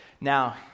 Now